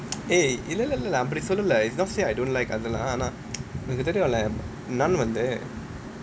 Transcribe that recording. eh இல்ல இல்ல அப்டி சொல்லல:illa illa apdi sollala is not say I don't like naan உனக்கு தெரியும்ல:unaku theriyumla naan வந்து:vanthu